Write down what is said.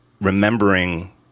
remembering